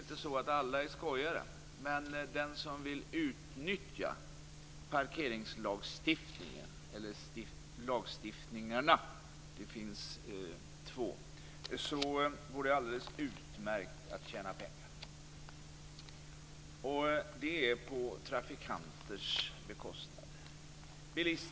Alla är inte skojare, men den som vill utnyttja parkeringslagstiftningen - det finns två lagar - går det alldeles utmärkt att tjäna pengar, och detta på trafikanternas bekostnad.